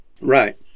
Right